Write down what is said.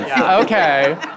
Okay